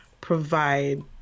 provide